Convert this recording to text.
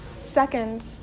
Second